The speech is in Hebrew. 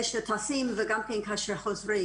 שטסים וגם כן כשחוזרים.